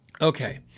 Okay